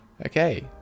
Okay